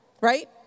right